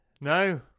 No